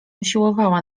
usiłowała